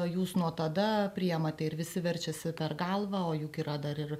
jūs nuo tada priimate ir visi verčiasi per galvą o juk yra dar ir